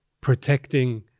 protecting